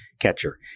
catcher